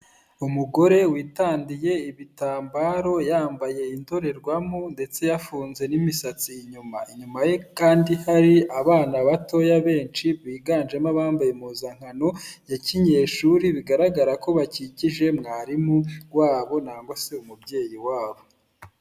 Umugore witandiye ibitambaro, yambaye indorerwamo ndetse yafunze n'imisatsi inyuma, inyuma ye kandi hari abana batoya benshi biganjemo abambaye impuzankano ya kinyeshuri, bigaragara ko bakikije mwarimu wabo cyangwa se umubyeyi wabo.